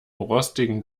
rostigen